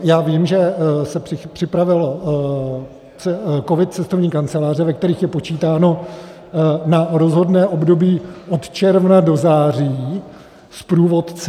Já vím, že se připravil COVID Cestovní kanceláře, ve kterých je počítáno na rozhodné období od června do září s průvodci.